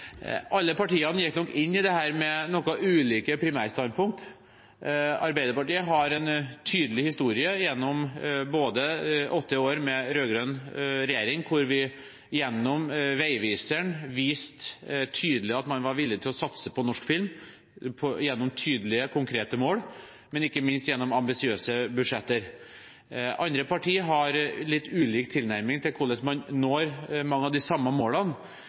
Alle partiene gikk nok inn i dette med noe ulike primærstandpunkt. Arbeiderpartiet har en tydelig historie gjennom åtte år med rød-grønn regjering, hvor vi gjennom Veiviseren viste tydelig at man var villig til å satse på norsk film, gjennom tydelige konkrete mål, men ikke minst gjennom ambisiøse budsjetter. Andre partier har litt ulik tilnærming til hvordan man når mange av de samme målene